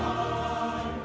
um